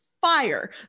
fire